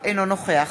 אינו נוכח